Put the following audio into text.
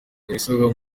ibisabwa